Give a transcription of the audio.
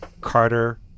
Carter